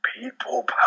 People